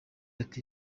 ati